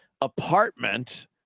apartment